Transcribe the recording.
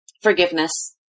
Forgiveness